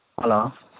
hello